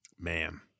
Ma'am